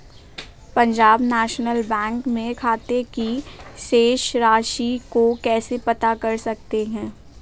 Punjab National Bank में खाते की शेष राशि को कैसे पता कर सकते हैं?